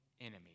enemy